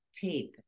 tape